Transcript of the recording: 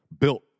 built